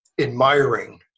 admiring